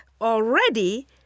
Already